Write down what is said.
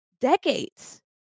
decades